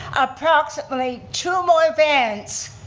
approximately two more vans